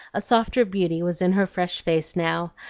a softer beauty was in her fresh face now,